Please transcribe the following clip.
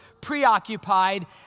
preoccupied